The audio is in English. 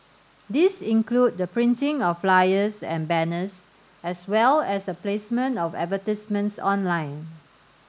these include the printing of flyers and banners as well as the placement of advertisements online